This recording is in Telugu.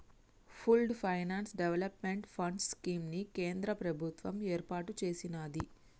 pooled finance development fund scheme ని కేంద్ర ప్రభుత్వం ఏర్పాటు చేసినాది